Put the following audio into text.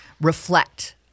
reflect